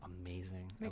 amazing